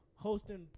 Hosting